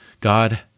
God